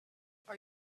are